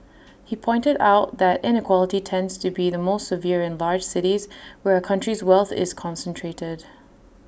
he pointed out that inequality tends to be the most severe in large cities where A country's wealth is concentrated